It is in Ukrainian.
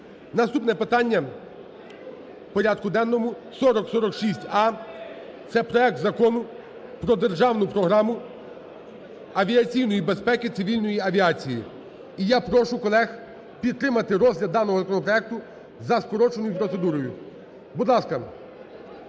Наступне питання в порядку денному, 4046а, це проект Закону про Державну програму авіаційної безпеки цивільної авіації. І я прошу колег підтримати розгляд даного законопроекту за скороченою процедурою. Будь ласка,